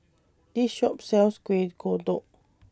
This Shop sells Kueh Kodok